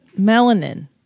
Melanin